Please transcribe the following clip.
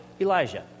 Elijah